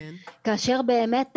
באמת,